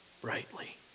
brightly